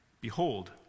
behold